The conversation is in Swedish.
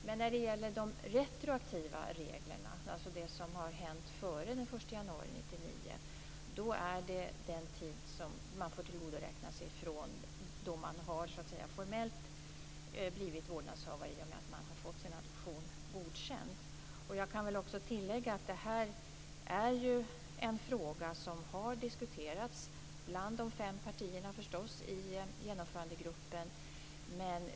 Men när det gäller de retroaktiva reglerna, alltså det som hänt före den 1 januari 1999, får man tillgodoräkna sig tiden från det att man formellt blivit vårdnadshavare i och med att man fått sin adoption godkänd. Jag kan tillägga att det här är en fråga som har diskuterats bland de fem partierna i genomförandegruppen.